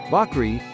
Bakri